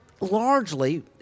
largely